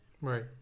Right